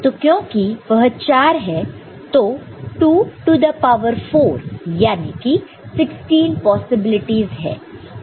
तो क्योंकि वह 4 है तो 2 टू द पावर 4 याने की 16 पॉसिबिलिटी है